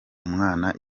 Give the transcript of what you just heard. umwana